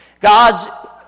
God's